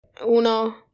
Uno